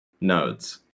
nodes